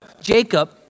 Jacob